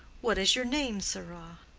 what is your name, sirrah?